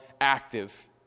active